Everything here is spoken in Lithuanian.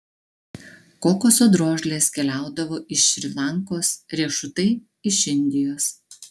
kokoso drožlės keliaudavo iš šri lankos riešutai iš indijos